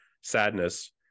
sadness